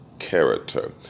character